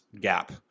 gap